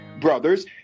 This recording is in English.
brothers